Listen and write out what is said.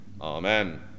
Amen